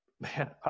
man